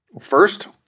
First